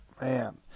Man